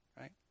right